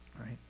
right